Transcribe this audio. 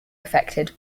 affected